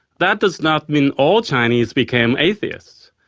that does not mean all chinese became atheists.